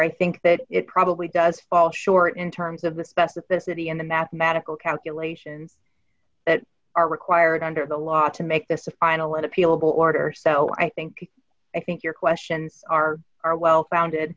i think that it probably does fall short in terms of the specificity in the mathematical calculations that are required under the law to make this a final appealable order so i think i think your question are are well founded